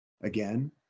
again